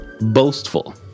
boastful